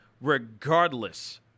regardless